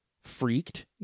freaked